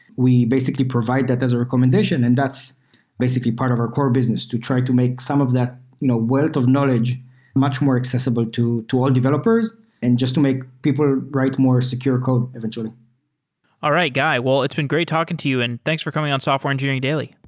we basically provide that as a recommendation, and that's basically part of our core business to try to make some of that you know wealth of knowledge much more accessible to to all developers and just to make people write more secure code eventually all right, guy. well, it's been great talking to you and thanks for coming on software engineering daily.